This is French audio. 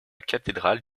cathédrale